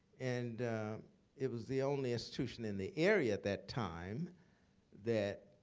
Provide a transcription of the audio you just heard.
and it was the only institution in the area at that time that